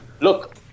look